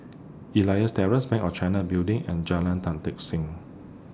Elias Terrace Bank of China Building and Jalan Tan Tock Seng